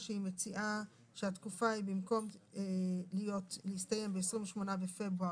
נגד שניים.